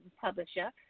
publisher